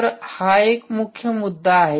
तर हा मुख्य मुद्दा आहे